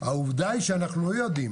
העובדה היא שאנחנו לא יודעים